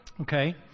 Okay